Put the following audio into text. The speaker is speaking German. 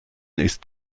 ist